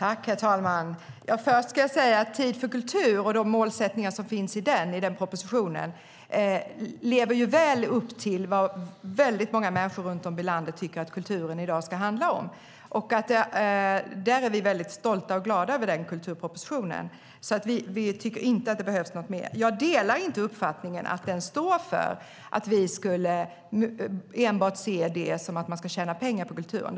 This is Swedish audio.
Herr talman! Först ska jag säga att Tid för kultur och de målsättningar som finns i den propositionen lever väl upp till det väldigt många människor runt om i landet tycker att kulturen i dag ska handla om. Vi är väldigt stolta och glada över den kulturpropositionen. Vi tycker inte att det behövs något mer. Jag delar inte uppfattningen att den står för att vi skulle se det som att man ska tjäna pengar på kulturen.